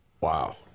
Wow